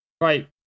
Right